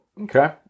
Okay